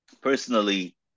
personally